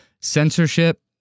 Censorship